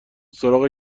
سراغ